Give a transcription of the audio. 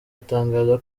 atangaza